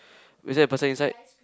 is there a person inside